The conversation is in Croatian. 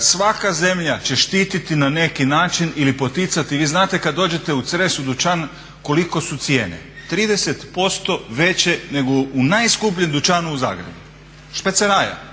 Svaka zemlja će štiti na neki način ili poticati, i vi znate kad dođete u Cres u dućan koliko su cijene 30% veće nego u najskupljem dućanu u Zagrebu špeceraja.